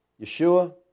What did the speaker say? Yeshua